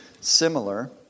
similar